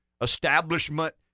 establishment